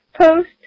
Post